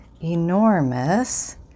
enormous